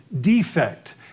defect